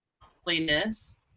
holiness